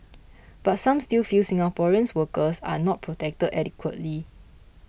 but some still feel Singaporeans workers are not protected adequately